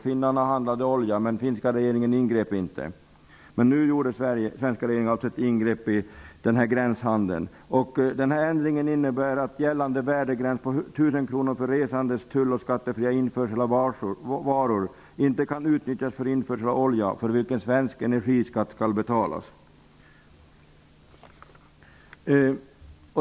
Finnarna handlade olja här, men finska regeringen ingrep inte. Men nu gjorde svenska regeringen alltså ett ingrepp i gränshandeln. skattefri införsel av varor värda 1 000 kr för resande -- inte kan utnyttjas för införsel av olja för vilken svensk energiskatt skall betalas.